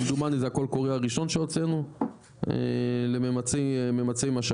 כמדומני זה הקול קורא הראשון שהוצאנו לממצה משאבים.